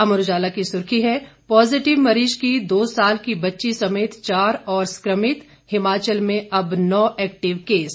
अमर उजाला की सुर्खी है पॉजिटिव मरीज की दो साल की बच्ची समेत चार और संक्रमित हिमाचल में अब नौ एक्टिव केस